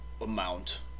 amount